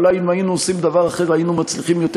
אולי אם היינו עושים דבר אחר היינו מצליחים יותר.